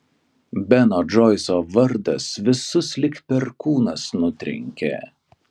beno džoiso vardas visus lyg perkūnas nutrenkė